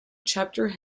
chapter